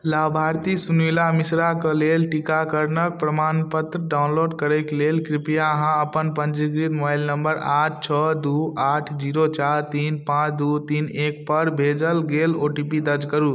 लाभार्थी सुनीला मिश्रा के लेल टीकाकरणक प्रमाणपत्र डाउनलोड करैक लेल कृपया अहाँ अपन पञ्जीकृत मोबाइल नम्बर आठ छओ दू आठ जीरो चारि तीन पाँच दू तीन एक पर भेजल गेल ओ टी पी दर्ज करु